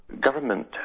government